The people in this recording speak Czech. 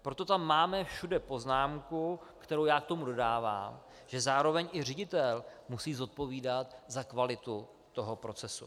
Proto tam máme všude poznámku, kterou já k tomu dodávám, že zároveň i ředitel musí zodpovídat za kvalitu toho procesu.